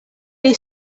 you